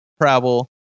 travel